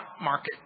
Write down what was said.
market